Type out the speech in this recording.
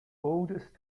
oldest